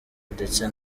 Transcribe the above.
ndetse